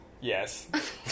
Yes